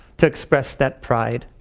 to express that pride.